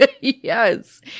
Yes